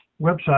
website